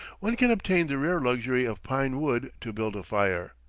one can obtain the rare luxury of pine-wood to build a fire.